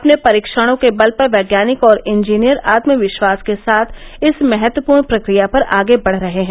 अपने परीक्षणों के बल पर वैज्ञानिक और इंजीनियर आत्मविश्वास के साथ इस महत्वपूर्ण प्रक्रिया पर आगे बढ़ रहे हैं